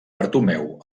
bartomeu